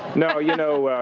no. you know,